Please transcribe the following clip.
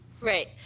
Right